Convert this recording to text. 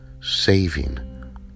saving